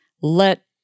let